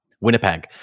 Winnipeg